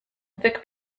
thick